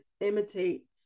imitate